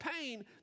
pain